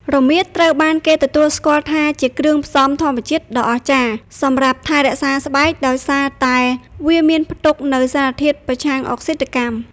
រមៀតត្រូវបានគេទទួលស្គាល់ថាជាគ្រឿងផ្សំធម្មជាតិដ៏អស្ចារ្យសម្រាប់ថែរក្សាស្បែក ដោយសារតែវាមានផ្ទុកនូវសារធាតុប្រឆាំងអុកស៊ីតកម្ម។